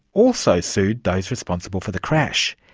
also sued those responsible for the crash.